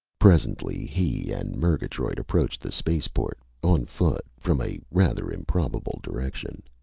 presently he and murgatroyd approached the spaceport, on foot, from a rather improbable direction.